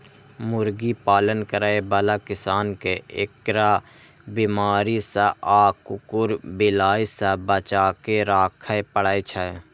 मुर्गी पालन करै बला किसान कें एकरा बीमारी सं आ कुकुर, बिलाय सं बचाके राखै पड़ै छै